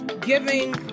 giving